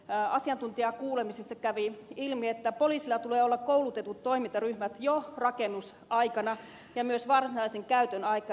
asiantuntijakuulemisessa kävi ilmi että poliisilla tulee olla koulutetut toimintaryhmät jo rakennusaikana ja myös varsinaisen käytön aikana